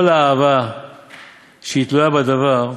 כל אהבה שהיא תלויה בדבר,